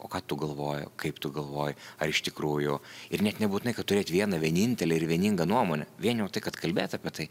o ką tu galvoji o kaip tu galvoji ar iš tikrųjų ir net nebūtinai kad turėt vieną vienintelę ir vieningą nuomonę vien jau tai kad kalbėt apie tai